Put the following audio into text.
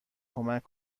کمک